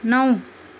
नौ